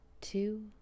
two